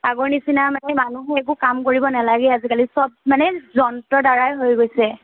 আগৰ নিচিনা মানে মানুহ একো কাম কৰিব নালাগে আজিকালি চব মানে যন্ত্ৰ দ্বাৰাই হৈ গৈছে